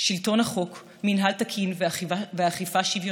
שלטון החוק, מינהל תקין ואכיפה שוויונית,